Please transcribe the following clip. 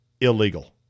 illegal